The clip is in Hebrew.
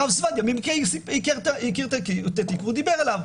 הרב זבדיה במקרה הכיר את התיק והוא דיבר עליו.